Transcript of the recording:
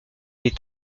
est